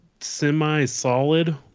semi-solid